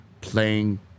playing